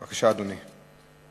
בבקשה, אדוני.